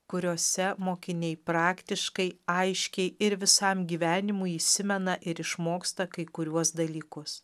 kuriose mokiniai praktiškai aiškiai ir visam gyvenimui įsimena ir išmoksta kai kuriuos dalykus